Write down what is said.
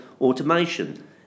automation